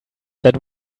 that